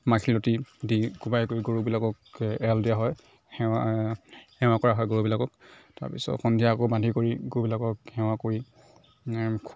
মাখিলতী ডিঙিত কোৱাই কৰি গৰুবিলাকক এৰাল দিয়া হয় সেৱা সেৱা কৰা হয় গৰুবিলাকক তাৰ পিছত সন্ধিয়া আকৌ বান্ধি কৰি গৰুবিলাকক সেৱা কৰি